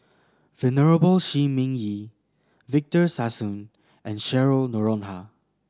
Venerable Shi Ming Yi Victor Sassoon and Cheryl Noronha